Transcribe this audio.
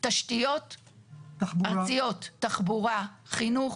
תשתיות ארציות, תחבורה, חינוך.